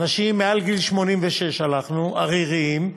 אנשים מעל גיל 86, ועליהם הלכנו, עריריים,